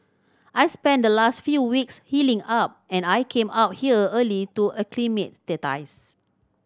I spent the last few weeks healing up and I came out here early to